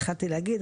התחלתי להגיד,